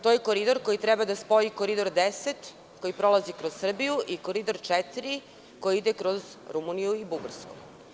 To je koridor koji treba da spoji Koridor 10, koji prolazi kroz Srbiju, i Koridor 4, koji ide kroz Rumuniju i Bugarsku.